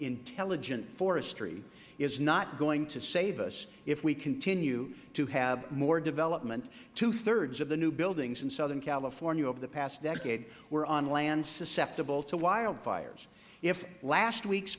intelligent forestry is not going to save us if we continue to have more development two thirds of the new buildings in southern california over the past decade were on lands susceptible to wildfires if last week's